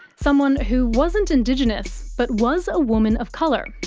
someone who wasn't indigenous but was a woman of colour.